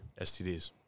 STDs